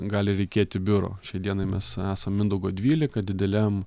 gali reikėti biuro šiai dienai mes esam mindaugo dvylika dideliam